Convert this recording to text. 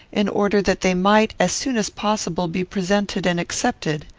in order that they might, as soon as possible, be presented and accepted.